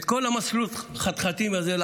את כל מסלול החתחתים הזה,